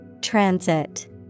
Transit